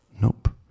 Nope